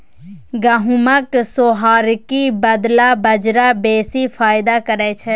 गहुमक सोहारीक बदला बजरा बेसी फायदा करय छै